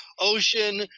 ocean